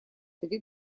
совет